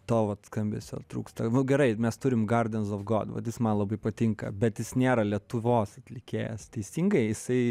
to vat skambesio trūksta gerai mes turim gardens of god man labai patinka bet jis nėra lietuvos atlikėjas teisingai jisai